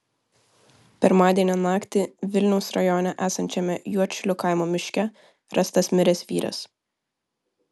pirmadienio naktį vilniaus rajone esančiame juodšilių kaimo miške rastas miręs vyras